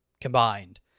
combined